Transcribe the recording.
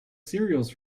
cereals